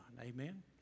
Amen